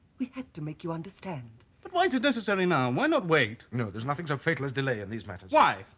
we had to make you understand. but why is it necessary now? why not wait? no there's nothing so fatal as delay in these matters. why?